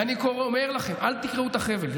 ואני אומר לכם, אל תקרעו את החבל.